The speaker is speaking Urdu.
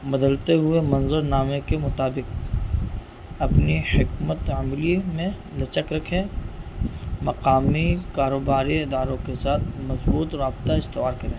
بدلتے ہوئے منظر نامے کے مطابق اپنی حکمت عملی میں لچک رکھیں مقامی کاروباری اداروں کے ساتھ مضبوط رابطہ استوار کریں